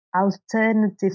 alternative